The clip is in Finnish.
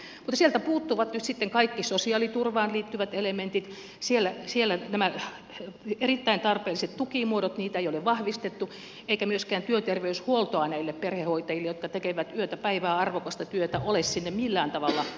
mutta sieltä puuttuvat nyt sitten kaikki sosiaaliturvaan liittyvät elementit siellä näitä erittäin tarpeellisia tukimuotoja ei ole vahvistettu eikä myöskään työterveyshuoltoa näille perhehoitajille jotka tekevät yötä päivää arvokasta työtä ole sinne millään tavalla kirjattu